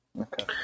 okay